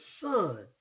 Son